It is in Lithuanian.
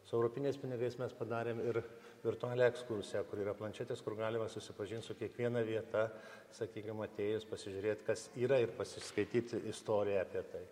su europiniais pinigais mes padarėm ir virtualią ekskursiją kur yra planšetės kur galima susipažint su kiekviena vieta sakykim atėjus pasižiūrėt kas yra ir pasiskaityt istoriją apie tai